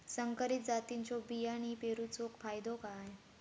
संकरित जातींच्यो बियाणी पेरूचो फायदो काय?